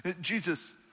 Jesus